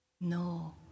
No